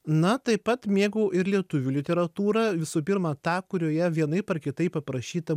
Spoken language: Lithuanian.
na taip pat mėgau ir lietuvių literatūrą visų pirma tą kurioje vienaip ar kitaip aprašyta